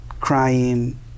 crying